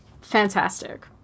fantastic